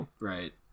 right